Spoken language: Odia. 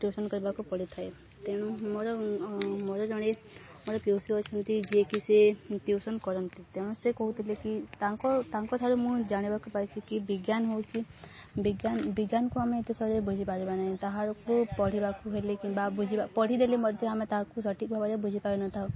ଟିଉସନ୍ କରିବାକୁ ପଡ଼ିଥାଏ ତେଣୁ ମୋର ମୋର ଜଣେ ମୋର ପିଉସୀ ଅଛନ୍ତି ଯିଏକି ସେ ଟିଉସନ୍ କରନ୍ତି ତେଣୁ ସେ କହୁଥିଲେ କି ତାଙ୍କ ତାଙ୍କ ଠାରୁ ମୁଁ ଜାଣିବାକୁ ପାଇଛି କି ବିଜ୍ଞାନ ହେଉଛି ବିଜ୍ଞାନ ବିଜ୍ଞାନକୁ ଆମେ ଏତେ ସହଜରେ ବୁଝିପାରିବା ନାହିଁ ତାହାକୁ ପଢ଼ିବାକୁ ହେଲେ କିମ୍ବା ବୁଝିବା ପଢ଼ି ଦେଲେ ମଧ୍ୟ ଆମେ ତାହାକୁ ସଠିକ୍ ଭାବରେ ବୁଝିପାରିନଥାଉ